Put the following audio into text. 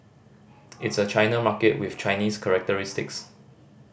it's a China market with Chinese characteristics